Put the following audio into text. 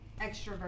Extrovert